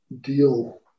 deal